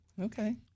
Okay